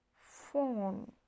phone